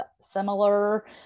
similar